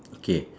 K